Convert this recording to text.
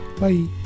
Bye